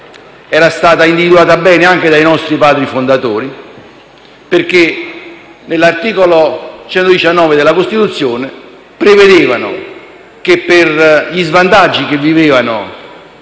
era stato individuato anche dai nostri Padri fondatori che, all'articolo 119 della Costituzione, prevedevano che, per gli svantaggi vissuti